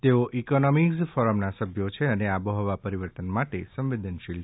તેઓ ઇકોનોમીઝ ફોરમના સભ્યો છે અને આબોહવા પરિવર્તન માટે સંવેદનશીલ છે